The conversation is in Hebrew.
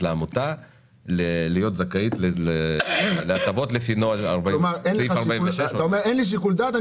לעמותה להיות זכאית להטבות לפני סעיף 46. אתה אומר שאין לי שיקול דעת,